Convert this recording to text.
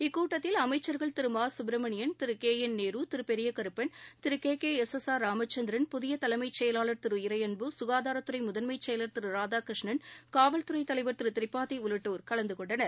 இக்கூட்டத்தில் அமைச்சர்கள் Thiru Ma Subramanian Thiru K N Nehru Thiru Periyakaruppan Thiru K K S S R Ramachandran புதிய தலைமைச் செயலாளர் திரு இறையன்பு சுகாதாரத்துறை முதன்மை செயலர் திரு இராதாகிருஷ்ணன் காவல்துறை தலைவர் திரு திரிபாதி உள்ளிட்டோர் கலந்து கொண்டனர்